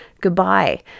goodbye